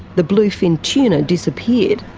the bluefin tuna disappeared.